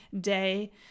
day